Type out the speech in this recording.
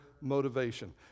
motivation